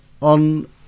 on